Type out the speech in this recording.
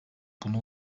bunu